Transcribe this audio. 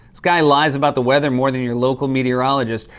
this guy lies about the weather more than your local meteorologist.